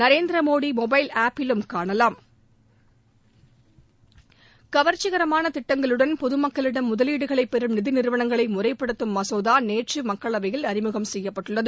Narendra Modi mobile app லும் காணலாம் கவர்ச்சிகரமான திட்டங்களுடன் பொது மக்களிடம் முதலீடுகளைப் பெறும் நிதி நிறுவனங்களை முறைப்படுத்தும் மசோதா நேற்று மக்களவையில் அறிமுகம் செய்யப்பட்டுள்ளது